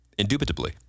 Indubitably